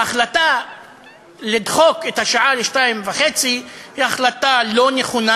ההחלטה לדחוק את השעה ל-14:30 היא החלטה לא נכונה.